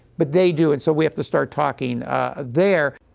but they do, and so we have to start talking there.